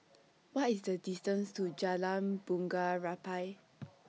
What IS The distance to Jalan Bunga Rampai